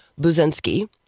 Buzinski